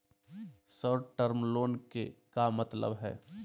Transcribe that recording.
Short term loan के का मतलब हई?